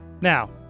Now